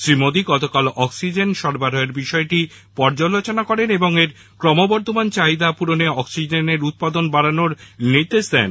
শ্রী মোদী গতকাল অক্সিজেন সরবরাহের বিষয়টি পর্যালোচনা করেন এবং এর ক্রমবর্ধমান চাহিদা পূরণে অক্সিজেনের উৎপাদন বাড়ানোর নির্দেশ দেন